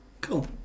Cool